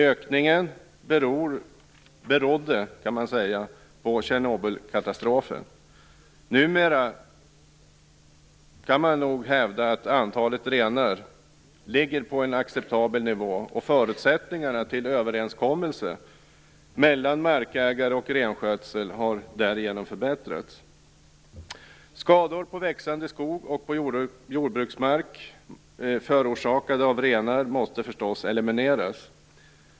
Ökningen beror på Tjernobylkatastrofen. Numera kan man nog hävda att antalet renar ligger på en acceptabel nivå. Förutsättningarna för överenskommelse mellan markägare och renskötsel har därigenom förbättrats. Skador på växande skog och på jordbruksmark förorsakade av renar måste förstås elimineras.